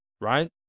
right